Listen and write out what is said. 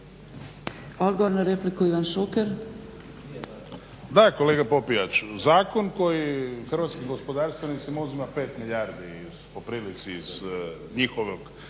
Odgovor na repliku, Ivan Šuker.